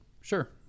Sure